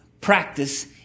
practice